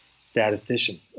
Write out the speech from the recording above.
statistician